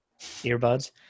earbuds